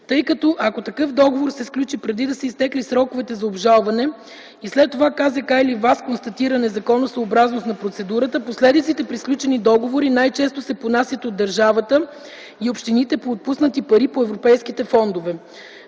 Тъй като ако такъв договор се сключи преди да са изтекли сроковете за обжалване и след това КЗК или ВАС констатират незаконосъобразност на процедурата, последиците при сключени договори най-често се понасят от държавата и общините по отпуснати пари по европейските фондове.